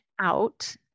out